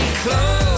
close